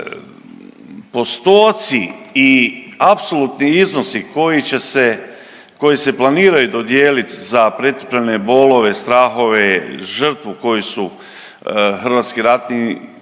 Postoci i apsolutni iznosi koji će se, koji se planiraju dodijeliti za pretrpljene bolove, strahove, žrtvu koju su hrvatski ratni